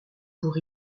pour